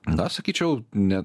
na sakyčiau ne